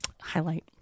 highlight